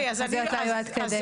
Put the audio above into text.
והתחזיות לא היו עד כדי כך.